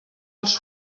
els